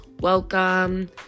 welcome